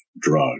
drug